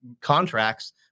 contracts